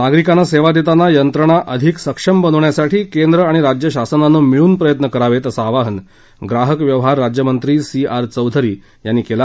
नागरिकांना सेवा देताना यंत्रणा अधिक सक्षम बनवण्यासाठी केंद्र आणि राज्य शासनानं मिळून प्रयत्न करावेत असं आवाहन य्राहक व्यवहार राज्यमंत्री सी आर चौधरी यांनी केलं